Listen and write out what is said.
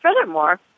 furthermore